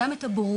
גם את הבורות,